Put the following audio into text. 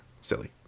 silly